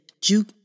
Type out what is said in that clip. Juke